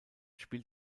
spielt